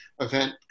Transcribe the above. event